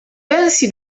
pensi